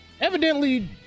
evidently